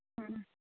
ꯎꯝ